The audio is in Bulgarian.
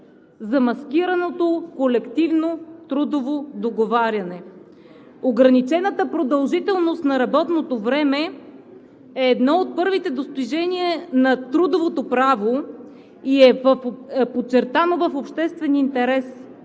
замаскираното колективно трудово договаряне. Ограничената продължителност на работното време е едно от първите достижения на трудовото право и е подчертано: „В обществен интерес“.